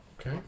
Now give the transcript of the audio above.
okay